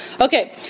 Okay